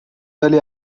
ولی